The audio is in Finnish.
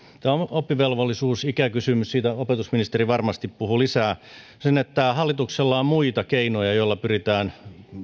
oppivelvollisuusikäkysymyksestä opetusministeri varmasti puhuu lisää siitä että hallituksella on muita keinoja joilla pyritään